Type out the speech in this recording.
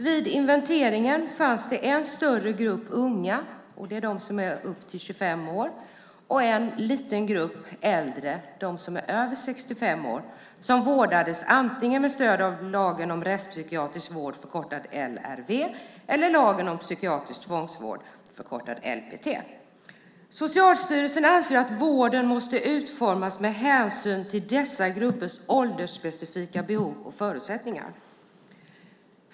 Vid inventeringen fanns det en större grupp unga, personer i åldern upp till 25 år, och en liten grupp äldre, personer över 65 år. De vårdades antingen med stöd av lagen om rättspsykiatrisk vård, LRV, eller lagen om psykiatrisk tvångsvård, LPT. Socialstyrelsen anser att vården måste utformas med hänsyn till dessa gruppers åldersspecifika behov och förutsättningar.